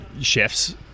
chefs